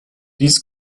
dies